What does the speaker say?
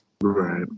Right